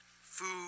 food